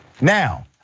Now